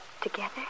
together